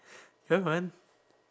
come on